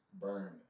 burn